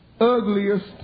ugliest